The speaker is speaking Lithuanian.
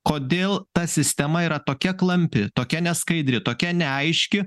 kodėl ta sistema yra tokia klampi tokia neskaidri tokia neaiški